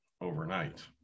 overnight